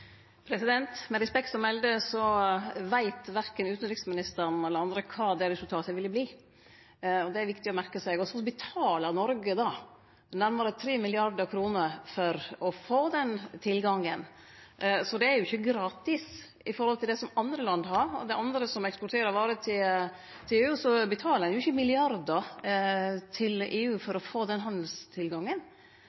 Med respekt å melde så veit verken utanriksministeren eller andre kva det resultatet ville vorte, og det er det viktig å merkje seg. Noreg betaler nærare 3 mrd. kr for å få den tilgangen, så det er jo ikkje gratis, i forhold til det som andre land har. Andre som eksporterer varer til EU, betaler ikkje milliardar til EU